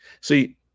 See